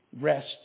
Rest